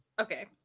Okay